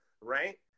right